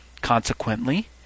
Consequently